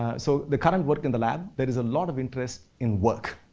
so, the current work in the lab, there is a lot of interest in work.